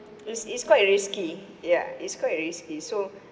is is quite risky yeah it's quite risky so